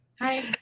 Hi